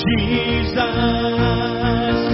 Jesus